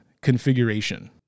configuration